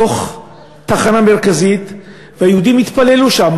בתוך התחנה המרכזית, והיהודים התפללו שם.